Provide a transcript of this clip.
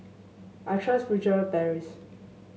I trust Furtere Paris